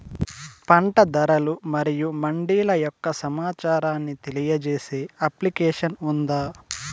పంట ధరలు మరియు మండీల యొక్క సమాచారాన్ని తెలియజేసే అప్లికేషన్ ఉందా?